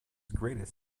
greatest